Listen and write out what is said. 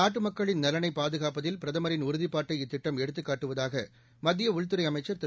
நாட்டு மக்களின் நலனை பாதுகாப்பதில் பிரதமரின் உறுதிப்பாட்டை இத்திட்டம் எடுத்துக் காட்டுவதாக மத்திய உள்துறை அமைச்சர் திரு